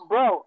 Bro